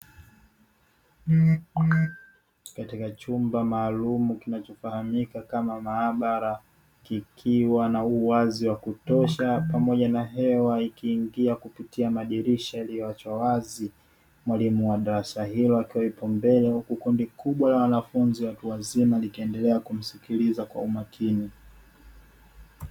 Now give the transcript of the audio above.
Katika chumba maalumu kinachofahamika kama maabara, kikiwa na uwazi wa kutosha pamoja na hewa ikiingia kupitia madirisha yaliyoachwa wazi, mwalimu wa darasa hilo akiwa yupo mbele huku kundi kubwa la wanafunzi watu wazima likiendelea kumsikiliza kwa umakini.